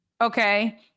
okay